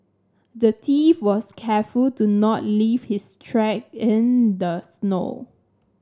the thief was careful to not leave his track in the snow